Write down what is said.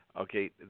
Okay